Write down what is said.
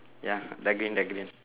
ya dark green dark green